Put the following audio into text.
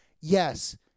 Yes